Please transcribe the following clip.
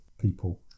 people